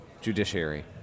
judiciary